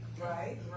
Right